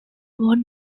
ward